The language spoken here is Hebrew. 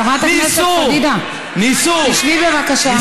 חברת הכנסת פדידה, תשבי, בבקשה.